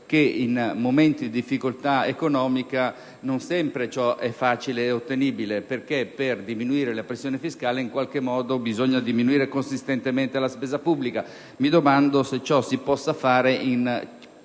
che in momenti di difficoltà economica non sempre ciò è facile e ottenibile. Per diminuire la pressione fiscale, infatti, in qualche modo bisogna diminuire consistentemente la spesa pubblica: mi domando se ciò si possa fare in